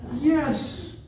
Yes